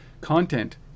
content